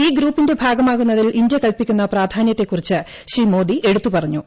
ഈ ഗ്രൂപ്പിന്റെ ഭാഗമാകുന്നതിൽ ഇന്ത്യ കല്പിക്കുന്ന പ്രാധാനൃത്തെകുറിച്ച് ശ്രീ മോദി എടൂത്ത് പറഞ്ഞു